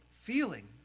feeling